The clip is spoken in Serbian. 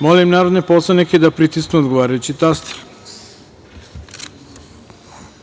Molim poslanike da pritisnu odgovarajući taster